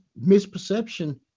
misperception